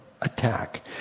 attack